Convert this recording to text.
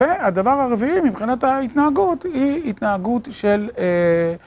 והדבר הרביעי, מבחינת ההתנהגות, היא התנהגות של...